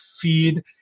feed